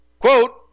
Quote